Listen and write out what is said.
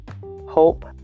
hope